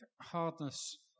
hardness